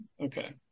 Okay